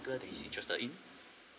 that he's interested in